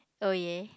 oh ya